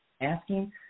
asking